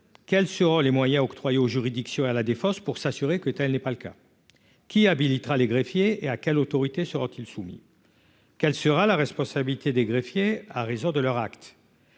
quels seront les moyens octroyés aux juridictions à la Défense pour s'assurer que telle n'est pas le cas, qui habilitera les greffiers et à quelle autorité sera-t-il soumis, quelle sera la responsabilité des greffiers, à raison de leur acte